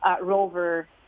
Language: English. rover